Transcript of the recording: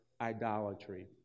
idolatry